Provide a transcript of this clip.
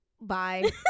bye